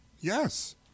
Yes